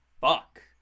fuck